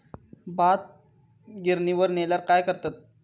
भात गिर्निवर नेल्यार काय करतत?